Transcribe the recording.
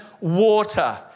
water